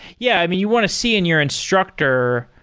yeah. i mean, you want to see in your instructor